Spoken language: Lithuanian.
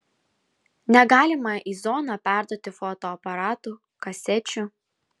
negalima į zoną perduoti fotoaparatų kasečių